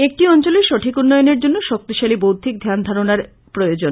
একটি অঞ্চলের সঠিক উন্নয়নের জন্য শক্তিশালী বৌদ্ধিক ধ্যান ধারনার প্রয়োজন